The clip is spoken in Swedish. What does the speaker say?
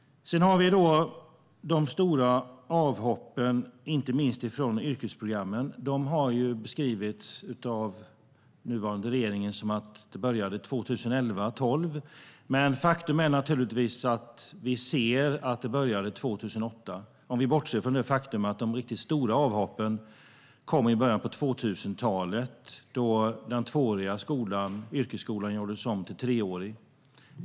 Sedan har vi de stora avhoppen från inte minst yrkesprogrammen. De har av den nuvarande regeringen beskrivits som om de började 2011-2012, men faktum är att vi ser att de började 2008. Då bortser vi från att de riktigt stora avhoppen kom i början av 2000-talet, då den tvååriga yrkesskolan gjordes om till treårig.